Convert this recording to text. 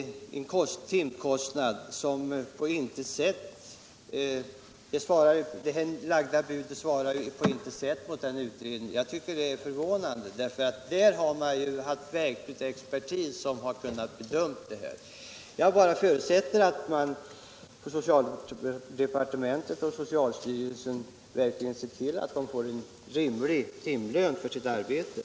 Det är förvånande därför att denna utredning har till sitt förfogande haft expertis som kunnat bedöma dessa frågor. Jag förutsätter att man på socialdepartementet och i socialstyrelsen verkligen ser till att Nr 47 tandteknikerna får en rimlig timlön för sitt arbete.